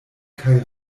kaj